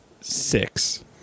six